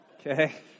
Okay